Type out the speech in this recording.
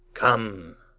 come,